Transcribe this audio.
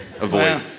avoid